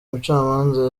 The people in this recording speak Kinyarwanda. mucamanza